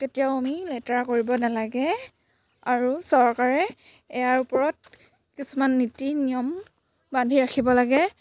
কেতিয়াও আমি লেতেৰা কৰিব নালাগে আৰু চৰকাৰে ইয়াৰ ওপৰত কিছুমান নীতি নিয়ম বান্ধি ৰাখিব লাগে